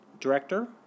director